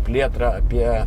plėtrą apie